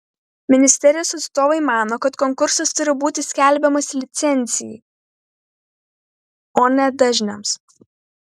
ministerijos atstovai mano kad konkursas turi būti skelbiamas licencijai o ne dažniams